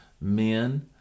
Men